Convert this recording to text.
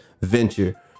venture